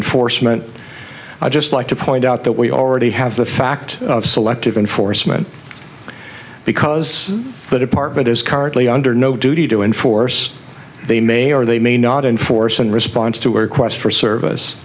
enforcement i just like to point out that we already have the fact of selective enforcement because the department is currently under no duty to enforce they may or they may not enforce in response to a request for service